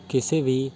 ਕਿਸੇ ਵੀ